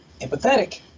empathetic